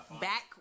Back